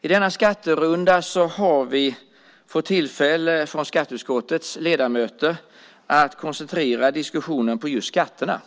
I denna skatterunda har vi skatteutskottets ledamöter fått tillfälle att koncentrera diskussionen på just skatterna.